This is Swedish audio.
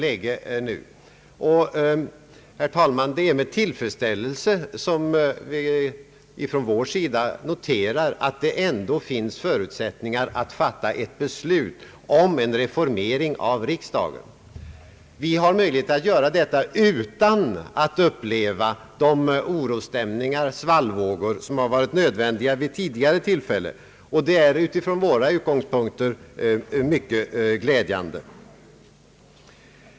Det är med tillfredsställelse, herr talman, som vi från vår sida noterar att det ändå finns förutsättningar att fatta ett beslut om en reformering av riksdagen. Vi har möjlighet att göra detta utan att uppleva de orosstämningar och de svallvågor som funnits vid tidigare tillfällen, och detta är från våra utgångspunkter mycket glädjande.